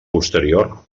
posterior